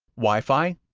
wi-fi,